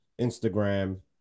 Instagram